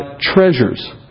treasures